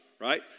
right